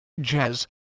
jazz